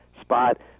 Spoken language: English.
spot